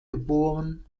geboren